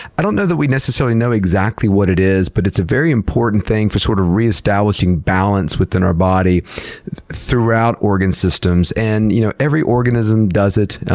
i don't know that we necessarily know exactly what it is, but it's a very important thing for sort of reestablishing balance within our body throughout organ systems. and you know, every organism does it.